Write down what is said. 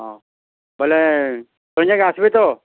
ହଁ ବୋଲେ ସନ୍ଧ୍ୟାକେ ଆସ୍ବେ ତ